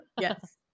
yes